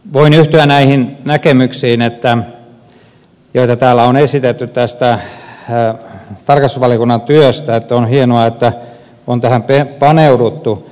voin yhtyä näihin näkemyksiin joita täällä on esitetty tästä tarkastusvaliokunnan työstä että on hienoa että on tähän paneuduttu